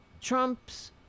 Trump's